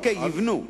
אוקיי, יבנו.